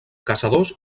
caçadors